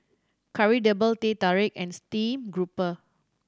Kari Debal Teh Tarik and steamed grouper